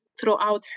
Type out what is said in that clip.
throughout